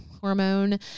hormone